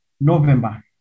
November